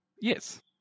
Yes